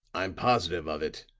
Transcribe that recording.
i'm positive of it,